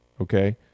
okay